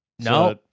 No